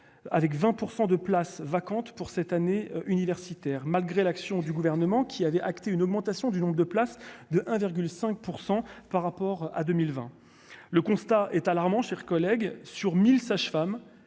avec 20 % de places vacantes pour cette année universitaire malgré l'action du gouvernement qui avait acté une augmentation du nombre de places de un virgule 5 pour 100 par rapport à 2020, le constat est alarmant, chers collègues, sur 1000 sages-femmes